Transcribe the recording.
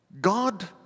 God